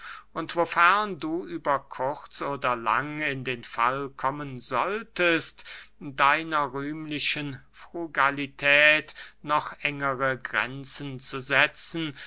und wofern du über kurz oder lang in den fall kommen solltest deiner rühmlichen frugalität noch engere grenzen zu setzen